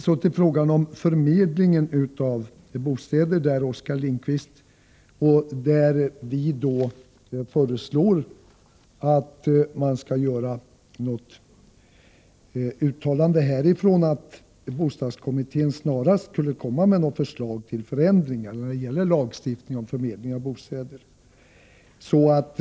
Så till frågan om förmedling av bostäder, där vpk föreslår att riksdagen skall göra ett uttalande av den innebörden att bostadskommittén snarast skall lägga fram förslag till förändringar i lagstiftningen om förmedlingen av bostäder.